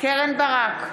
קרן ברק,